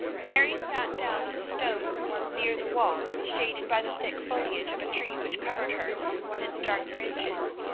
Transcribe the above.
mary sat down on the stone near the wall shaded by the thick foliage of a tree which covered her with its dark branches.